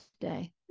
today